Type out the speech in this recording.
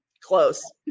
Close